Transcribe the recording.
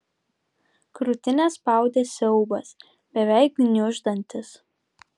krūtinę spaudė siaubas beveik gniuždantis